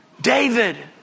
David